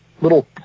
little